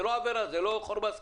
זאת לא עבירה, זה לא חור בהשכלה.